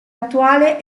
attuale